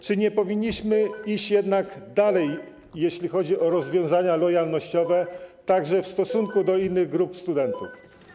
Czy nie powinniśmy iść dalej, jeśli chodzi o rozwiązania lojalnościowe, także w stosunku do innych grup studentów?